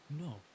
No